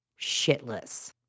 shitless